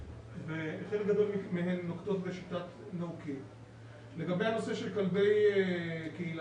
וחלק גדול מהן נוקטות בשיטת NO KILL. לגבי הנושא של כלבי קהילה,